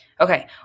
Okay